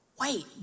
Wait